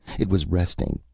it was resting,